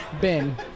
Ben